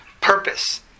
purpose